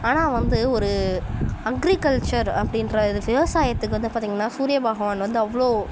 ஆனால் வந்து ஒரு அக்ரிகல்ச்சர் அப்படின்ற விவசாயத்துக்கு வந்து பார்த்திங்கன்னா சூரிய பகவான் வந்து அவ்வளோ